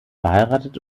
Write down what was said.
verheiratet